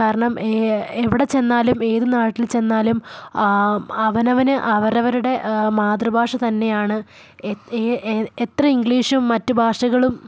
കാരണം എവിടെ ചെന്നാലും ഏതു നാട്ടിൽ ചെന്നാലും അവനവന് അവരവരുടെ മാതൃഭാഷ തന്നെയാണ് എത്ര ഇംഗ്ലീഷും മറ്റു ഭാഷകളും